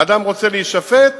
אדם רוצה להישפט,